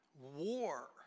war